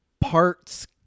parts